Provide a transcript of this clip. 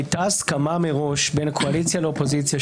הייתה הסכמה מראש בין הקואליציה לאופוזיציה,